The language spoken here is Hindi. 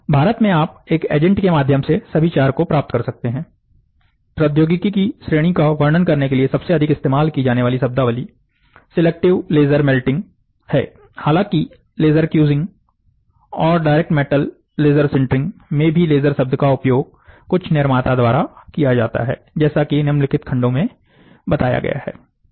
भारत में आप एक एजेंट के माध्यम से सभी चार को प्राप्त कर सकते हैं प्रौद्योगिकी की श्रेणी का वर्णन करने के लिए सबसे अधिक इस्तेमाल की जाने वाली शब्दावली सिलेक्टिव लेजर मेल्टिंग है हालांकि लेजर क्यूजिंग और डायरेक्ट मेटल लेजर सिंटरिंग मे भी लेजर शब्द का उपयोग कुछ निर्माता द्वारा किया जाता है जैसा कि निम्नलिखित खंडो में बताया गया है